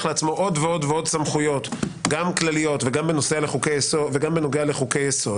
לעצמו עוד ועוד סמכויות גם כלליות וגם בנוגע לחוקי יסוד